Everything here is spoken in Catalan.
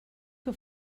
que